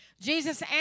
Jesus